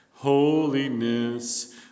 Holiness